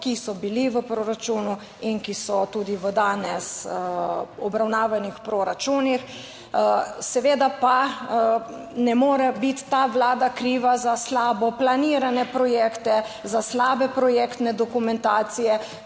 ki so bili v proračunu in ki so tudi v danes obravnavanih proračunih, seveda pa ne more biti ta Vlada kriva za slabo planirane projekte, za slabe projektne dokumentacije,